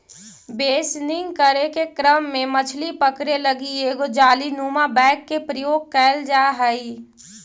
बेसनिंग करे के क्रम में मछली पकड़े लगी एगो जालीनुमा बैग के प्रयोग कैल जा हइ